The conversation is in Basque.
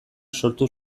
sortu